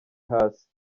hasi